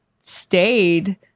stayed